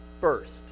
first